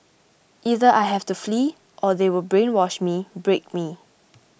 either I have to flee or they will brainwash me break me